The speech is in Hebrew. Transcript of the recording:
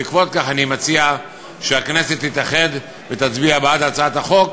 בעקבות כך אני מציע שהכנסת תתאחד ותצביע בעד הצעת החוק